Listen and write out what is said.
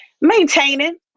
Maintaining